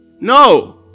No